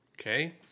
okay